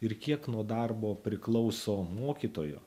ir kiek nuo darbo priklauso mokytojo